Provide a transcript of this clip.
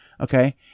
Okay